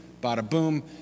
bada-boom